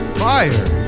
fire